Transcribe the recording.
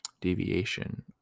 deviation